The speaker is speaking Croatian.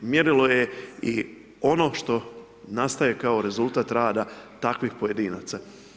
Mjerilo je i ono što nastaje kao rezultat rada takvih pojedinaca.